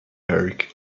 eric